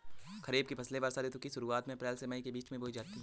खरीफ की फसलें वर्षा ऋतु की शुरुआत में अप्रैल से मई के बीच बोई जाती हैं